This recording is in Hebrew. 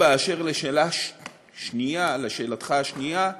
אשר לשאלתך השנייה,